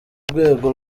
rwego